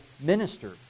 minister